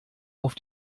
auf